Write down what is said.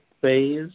phase